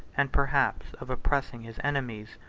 and perhaps of oppressing his enemies.